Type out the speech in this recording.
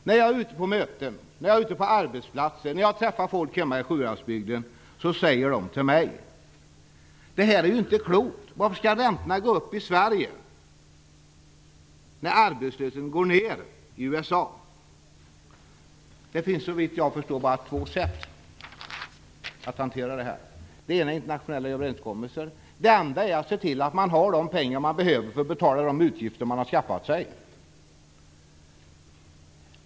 När jag är ute på möten, när jag besöker arbetsplatser och när jag träffar folk hemma i Sjuhäradsbygden säger man till mig: Det här är inte klokt. Varför skall räntorna gå upp i Sverige när arbetslösheten går ner i USA? Det finns såvitt jag förstår bara två sätt att hantera det här. Det ena är att man träffar internationella överenskommelser. Det andra är att man ser till att ha de pengar som behövs för att betala de utgifter som man har skaffat sig.